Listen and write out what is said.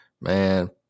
man